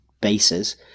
bases